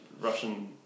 Russian